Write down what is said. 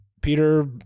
Peter